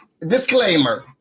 Disclaimer